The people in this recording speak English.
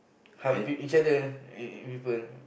helping each other and people